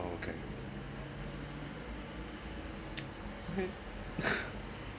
okay